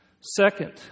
Second